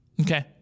okay